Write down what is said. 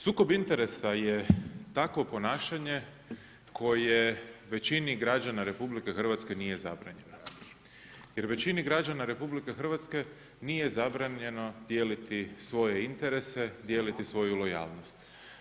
Sukob interesa je takvo ponašanje koje većini građana RH nije zabranjeno jer većini građana RH nije zabranjeno dijeliti svoje interese, dijeliti svoju lojalnost.